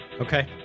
Okay